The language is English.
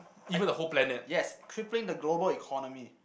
I yes crippling the global economy